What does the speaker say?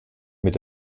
mit